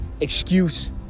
excuse